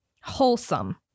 wholesome